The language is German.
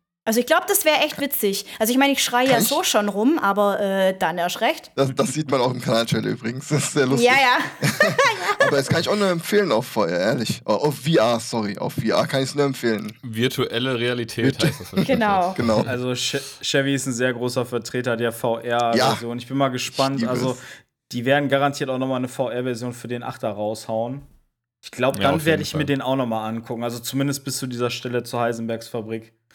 Also ich glaub, das wär echt witzig. Also ich mein, ich schrei ja Kann ich- so schon rum, aber, äh, dann erst recht. Das- das sieht man auch im Kanal-Channel übrigens. Das ist sehr lustig. Ja, ja. Aber das kann ich auch nur empfehlen auf VR, ehrlich. Oh, auf VR, sorry. Auf VR kann ich's nur empfehlen. Virtuelle Realität heißt das Genau. wahrscheinlich jetzt. Genau. Also Che- Chevy ist ein sehr großer Vertreter der VR Ja. Version. Ich bin mal Ich gespannt. liebe Also es. die werden garantiert auch noch mal eine VR Version für den Achter raushauen. Ich glaub, Ja, dann auf werd jeden ich mir Fall. den auch noch mal angucken. Also zumindest bis zu dieser Stelle zur Heisenbergs Fabrik.